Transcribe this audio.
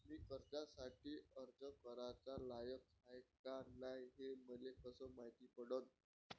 मी कर्जासाठी अर्ज कराचा लायक हाय का नाय हे मले कसं मायती पडन?